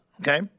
okay